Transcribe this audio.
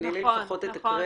תני לי לפחות את הקרדיט,